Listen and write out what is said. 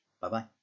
Bye-bye